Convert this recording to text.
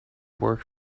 work